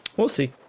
will seek